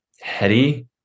heady